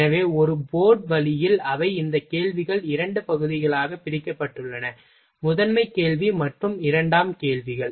எனவே ஒரு போர்டு வழியில் அவை இந்த கேள்விகள் இரண்டு பகுதிகளாக பிரிக்கப்பட்டுள்ளன முதன்மை கேள்வி மற்றும் இரண்டாம் கேள்விகள்